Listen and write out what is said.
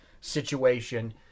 situation